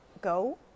go